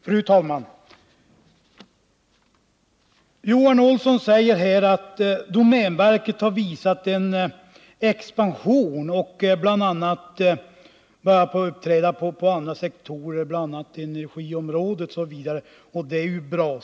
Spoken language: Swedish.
Fru talman! Johan Olsson säger att domänverket uppvisat en expansion och bl.a. börjat uppträda inom andra sektorer — exempelvis på energiområdet — och att det är bra.